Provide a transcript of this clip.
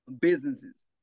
businesses